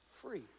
free